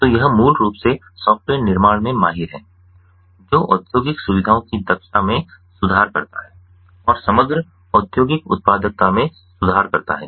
तो यह मूल रूप से सॉफ्टवेयर निर्माण में माहिर है जो औद्योगिक सुविधाओं की दक्षता में सुधार करता है और समग्र औद्योगिक उत्पादकता में सुधार करता है